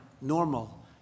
normal